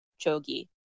Chogi